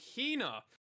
Hina